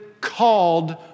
called